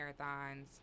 marathons